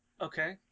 Okay